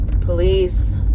Police